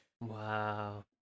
Wow